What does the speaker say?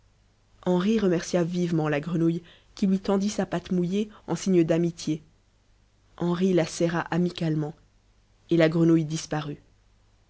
henri remercia vivement la grenouille qui lui tendit sa patte mouillée en signe d'amitié henri la serra amicalement et la grenouille disparut